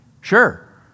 sure